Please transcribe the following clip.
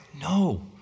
No